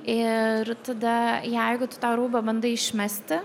ir tada jeigu tu tą rūbą bandai išmesti